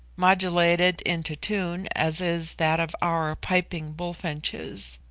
modulated into tune as is that of our piping bullfinches.